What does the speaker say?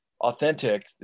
authentic